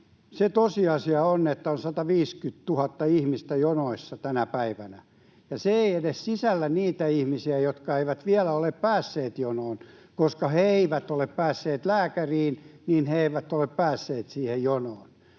se tosiasia on, että 150 000 ihmistä on jonoissa tänä päivänä, ja se ei edes sisällä niitä ihmisiä, jotka eivät vielä ole päässeet jonoon. Koska he eivät ole päässeet lääkäriin, niin he eivät ole päässeet siihen jonoon.